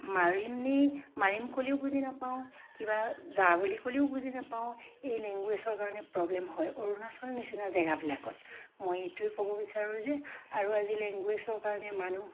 মাৰিমেই মাৰিম ক'লেও বুজি নাপাওঁ কিবা যা বুলি ক'লেও বুজি নাপাওঁ এই লেংগুৱেজৰ কাৰণে প্ৰব্লেম হয় অৰুণাচলৰ নিচিনা জেগাবিলাকত মই এইটোৱে ক'ব বিচাৰোঁ যে আৰু আজি লেংগুৱেজৰ কাৰণে মানুহ